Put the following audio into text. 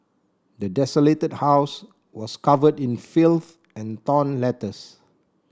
the desolated house was covered in filth and torn letters